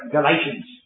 Galatians